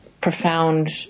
profound